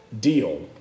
Deal